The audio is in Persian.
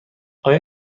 آیا